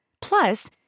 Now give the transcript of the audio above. Plus